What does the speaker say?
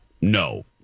No